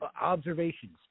observations